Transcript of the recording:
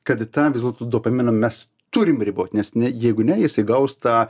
kad tą vis dėl to dopaminą mes turim ribot nes ne jeigu ne jisai gaus tą